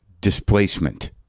displacement